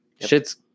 shit's